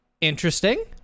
interesting